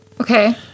Okay